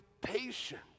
patient